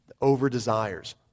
Over-desires